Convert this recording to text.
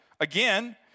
again